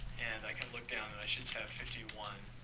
and i can look down, and i should have fifty one.